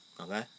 Okay